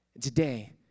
Today